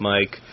Mike